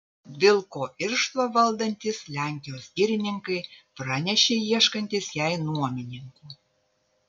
vilko irštvą valdantys lenkijos girininkai pranešė ieškantys jai nuomininkų